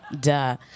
Duh